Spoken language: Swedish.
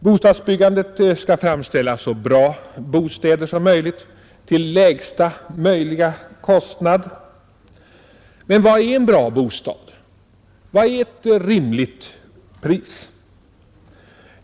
Bostadsbyggandet skall framställa så bra bostäder som möjligt till lägsta möjliga kostnad. Men vad är en bra bostad? Vad är ett rimligt pris?